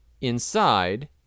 Inside